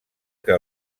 que